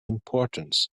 importance